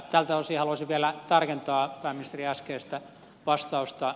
tältä osin haluaisin vielä tarkentaa pääministerin äskeistä vastausta